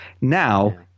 Now